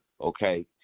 okay